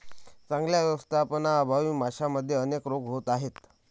चांगल्या व्यवस्थापनाअभावी माशांमध्ये अनेक रोग होत आहेत